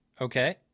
Okay